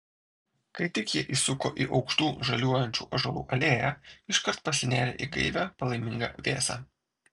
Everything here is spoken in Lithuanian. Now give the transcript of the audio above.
kai tik jie įsuko į aukštų žaliuojančių ąžuolų alėją iškart pasinėrė į gaivią palaimingą vėsą